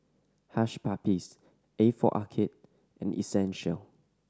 Hush Puppies A for Arcade and Essential